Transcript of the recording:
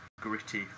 gritty